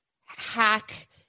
hack